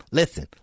listen